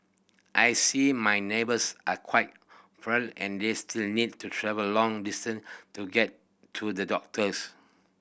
I see my neighbours are quite frail and this still need to travel long distance to get to the doctors